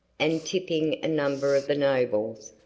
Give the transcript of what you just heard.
and tipping a number of the nobles,